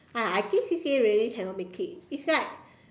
ah I think C_C_A already cannot make it is like